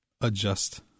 adjust